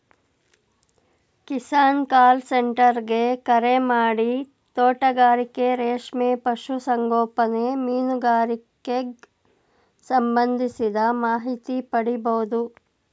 Kisan call centre ಗೆ ಕರೆಮಾಡಿ ತೋಟಗಾರಿಕೆ ರೇಷ್ಮೆ ಪಶು ಸಂಗೋಪನೆ ಮೀನುಗಾರಿಕೆಗ್ ಸಂಬಂಧಿಸಿದ ಮಾಹಿತಿ ಪಡಿಬೋದು